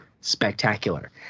spectacular